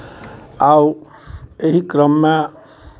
आउ एहि क्रममे